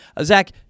Zach